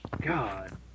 God